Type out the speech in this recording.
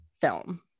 film